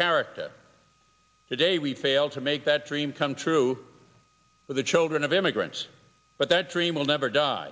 character today we failed to make that dream come true for the children of immigrants but that dream will never die